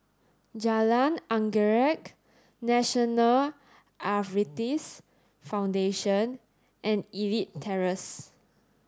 Jalan Anggerek National Arthritis Foundation and Elite Terrace